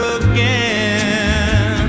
again